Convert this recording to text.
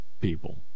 people